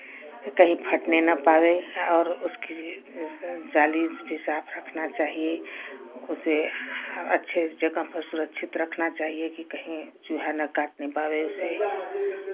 कहीं फटने ना पावे और उसके जाली भी साफ रखना चाहिए उसे अच्छे जगह पर सुरक्षित रखना चाहिए कि कहीं चूहा ना काटने पावे उसे